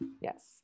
Yes